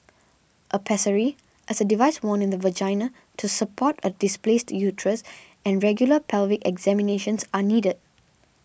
a pessary is a device worn in the vagina to support a displaced uterus and regular pelvic examinations are needed